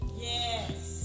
Yes